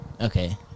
Okay